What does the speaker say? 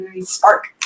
spark